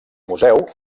museu